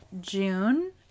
June